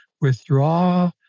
withdraw